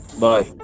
Bye